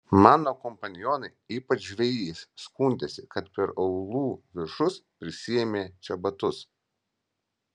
mano kompanionai ypač žvejys skundėsi kad per aulų viršus prisėmė čebatus